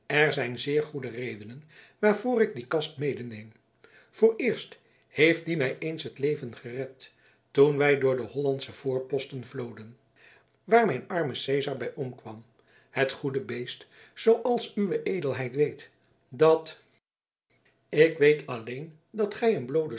er zijn zeer goede redenen waarvoor ik die kast medeneem vooreerst heeft die mij eens het leven gered toen wij door de hollandsche voorposten vloden waar mijn arme cesar bij omkwam het goede beest zooals uwe edelheid weet dat ik weet alleen dat gij een bloode